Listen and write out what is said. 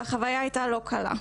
והחוויה הייתה לא קלה.